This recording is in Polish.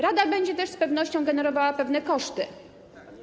Rada będzie też z pewnością generowała pewne koszty.